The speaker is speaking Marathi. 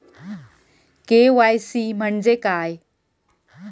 के.वाय.सी म्हणजे काय?